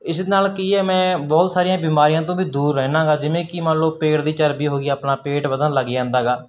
ਇਸ ਨਾਲ ਕੀ ਹੈ ਮੈਂ ਬਹੁਤ ਸਾਰੀਆਂ ਬਿਮਾਰੀਆਂ ਤੋਂ ਵੀ ਦੂਰ ਰਹਿੰਦਾ ਹੈਗਾ ਜਿਵੇਂ ਕਿ ਮੰਨ ਲਓ ਪੇਟ ਦੀ ਚਰਬੀ ਹੋ ਗਈ ਆਪਣਾ ਪੇਟ ਵਧਣ ਲੱਗ ਜਾਂਦਾ ਹੈਗਾ